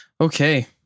Okay